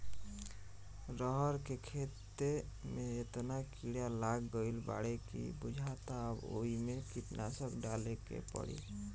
रहर के खेते में एतना कीड़ा लाग गईल बाडे की बुझाता अब ओइमे कीटनाशक डाले के पड़ी